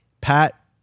Pat